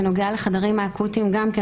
שנוגע לחדרים האקוטיים - גם כן,